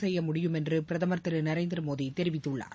செய்ய முடியும் என்று பிரதமர் திரு நரேந்திர மோடி தெரிவித்துள்ளார்